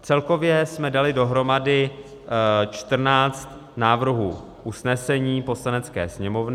Celkově jsme dali dohromady 14 návrhů usnesení Poslanecké sněmovny.